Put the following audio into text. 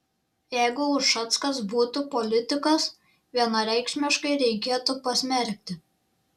jeigu ušackas būtų politikas vienareikšmiškai reikėtų pasmerkti